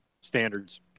standards